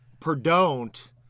Perdon't